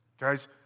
Guys